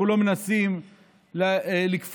אנחנו לא מנסים לכפות,